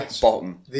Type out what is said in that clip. bottom